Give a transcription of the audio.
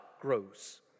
grows